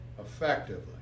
Effectively